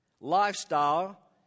lifestyle